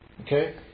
Okay